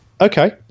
Okay